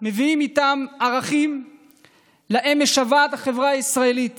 מביאים איתם ערכים שהחברה הישראלית